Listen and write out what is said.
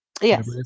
Yes